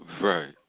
right